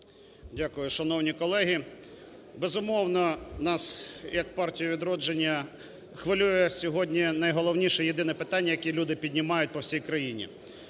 Дякую. Шановні колеги, безумовно, нас як "Партію "Відродження" хвилює сьогодні найголовніше єдине питання, яке люди піднімають по всій країні.